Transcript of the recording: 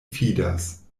fidas